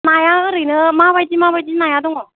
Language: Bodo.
नाया ओरैनो माबायदि माबायदि नाया दङ